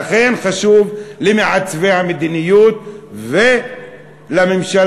ואכן חשוב למעצבי המדיניות ולממשלה,